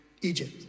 Egypt